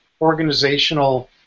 organizational